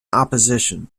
opposition